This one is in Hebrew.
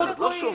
רגע, לא שומעים.